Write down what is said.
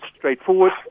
straightforward